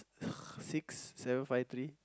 six seven five three